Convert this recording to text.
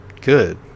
good